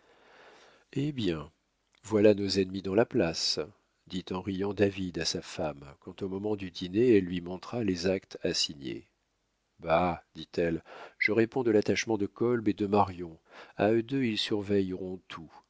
eh bien voilà nos ennemis dans la place dit en riant david à sa femme quand au moment du dîner elle lui montra les actes à signer bah dit-elle je réponds de l'attachement de kolb et de marion à eux deux ils surveilleront tout